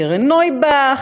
קרן נויבך,